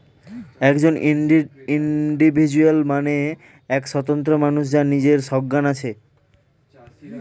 একজন ইন্ডিভিজুয়াল মানে এক স্বতন্ত্র মানুষ যার নিজের সজ্ঞান আছে